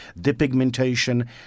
depigmentation